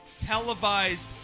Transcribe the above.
televised